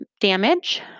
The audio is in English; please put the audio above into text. damage